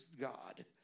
God